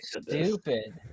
stupid